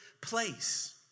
place